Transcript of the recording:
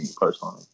personally